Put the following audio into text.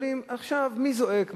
עכשיו, מי זועק?